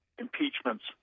impeachments